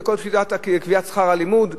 בכל שיטת קביעת שכר הלימוד.